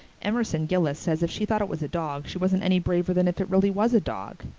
emerson gillis says if she thought it was a dog she wasn't any braver than if it really was a dog.